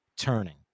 turning